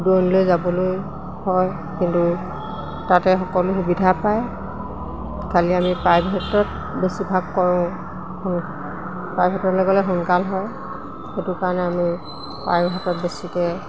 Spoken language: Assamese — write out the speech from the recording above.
দূৰণিলৈ যাবলৈ হয় কিন্তু তাতে সকলো সুবিধা পায় খালি আমি প্ৰায় ক্ষেত্ৰত বেছিভাগ কৰোঁ প্ৰাইভেটলৈ গ'লে সোনকাল হয় সেইটো কাৰণে আমি প্ৰাইভেটত বেছিকৈ